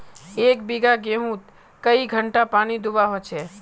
एक बिगहा गेँहूत कई घंटा पानी दुबा होचए?